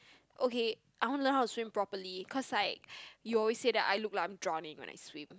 okay I want to learn how to swim properly cause like you always said that I looked like I am drowning when I swim